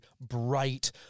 bright